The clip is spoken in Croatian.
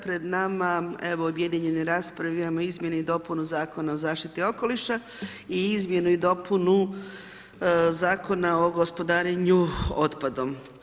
Pred nama, evo u objedinjenoj raspravi imamo izmjene i dopunu Zakona o zaštiti okoliša i izmjenu i dopunu Zakona o gospodarenju otpadom.